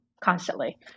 constantly